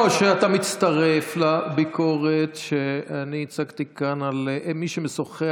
שאתה מצטרף לביקורת שאני הצגתי כאן על מי שמשוחח